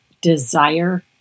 desire